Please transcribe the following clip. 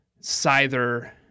Scyther